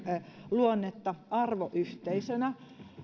luonnetta arvoyhteisönä